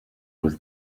was